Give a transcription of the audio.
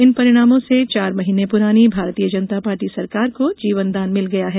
इन परिणामों से चार महीने प्रानी भारतीय जनता पार्टी सरकार को जीवनदान मिल गया है